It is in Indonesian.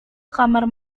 kamar